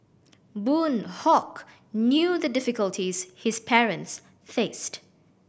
Boon Hock knew the difficulties his parents faced